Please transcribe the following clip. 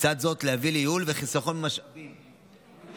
ולצד זאת להביא לייעול וחיסכון במשאבים של משפחות,